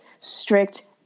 strict